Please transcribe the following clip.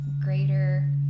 greater